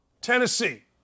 Tennessee